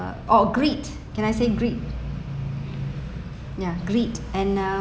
uh or greed can I say greed ya greed and uh